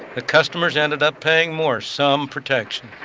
the customers ended up paying more. some protection!